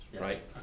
right